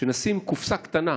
נשים קופסה קטנה